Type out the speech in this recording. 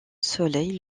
soleil